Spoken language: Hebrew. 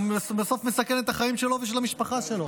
בסוף הוא מסכן את החיים שלו ושל המשפחה שלו.